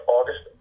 August